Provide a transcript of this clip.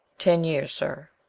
ten years, sir.